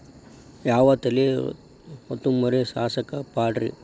ಯಾವ ತಳಿ ಹೊತಮರಿ ಸಾಕಾಕ ಪಾಡ್ರೇ?